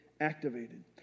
activated